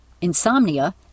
insomnia